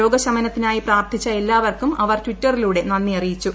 രോഗശമനത്തിനായി പ്രാർത്ഥിച്ച എല്ലാവർക്കും അവർ ട്വിറ്ററിലൂടെ നന്ദി അറിയിച്ചു